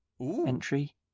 entry